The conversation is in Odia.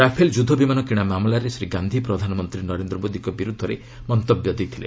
ରାଫେଲ ଯୁଦ୍ଧ ବିମାନ କିଣା ମାମଲାରେ ଶ୍ରୀ ଗାନ୍ଧି ପ୍ରଧାନମନ୍ତ୍ରୀ ନରେନ୍ଦ୍ର ମୋଦିଙ୍କ ବିର୍ଦ୍ଧରେ ମନ୍ତବ୍ୟ ଦେଇଥିଲେ